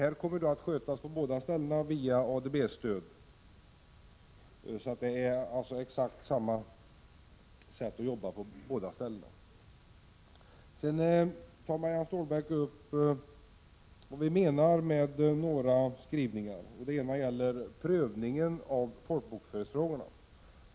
Frågorna kommer att skötas på båda ställena med ADB:s hjälp — de har alltså exakt samma sätt att arbeta på. Sedan tog Marianne Stålberg upp vissa skrivningar och undrade vad utskottet menar med dessa. Det ena gällde prövningen av folkbokföringsfrågorna.